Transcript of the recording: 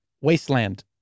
Wasteland